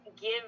give